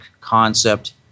concept